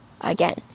again